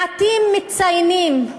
מעטים מציינים,